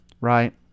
right